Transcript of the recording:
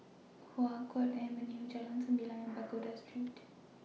Hua Guan Avenue Jalan Sembilang and Pagoda Street